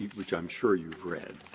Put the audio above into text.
which i'm sure you've read,